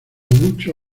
mucho